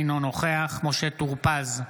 אינו נוכח משה טור פז,